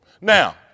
Now